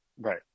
Right